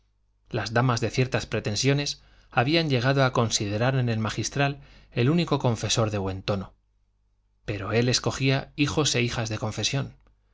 las damas de ciertas pretensiones habían llegado a considerar en el magistral el único confesor de buen tono pero él escogía hijos e hijas de confesión